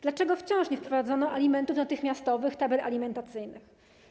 Dlaczego wciąż nie wprowadzono alimentów natychmiastowych, tabel alimentacyjnych?